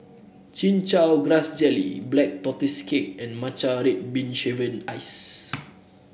Chin Chow Grass Jelly Black Tortoise Cake and Matcha Red Bean Shaved Ice